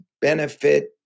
benefit